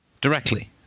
directly